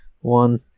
One